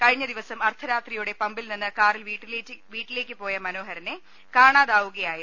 കഴിഞ്ഞ ദിവസം അർധരാത്രിയോടെ പമ്പിൽ നിന്ന് കാറിൽ വീട്ടിലേക്ക് പോയ മനോഹരനെ കാണാ താവുകയായിരുന്നു